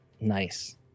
Nice